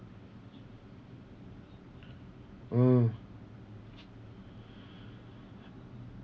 mm